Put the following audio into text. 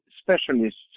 specialists